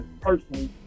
personally